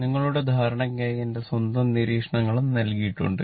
നിങ്ങളുടെ ധാരണയ്ക്കായി എന്റെ സ്വന്തം നിരീക്ഷണങ്ങളും നൽകിയിട്ടുണ്ട്